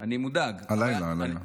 אני מודאג, הלילה.